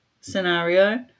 scenario